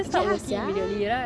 ya sia